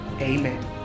Amen